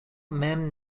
mem